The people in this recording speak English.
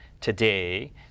today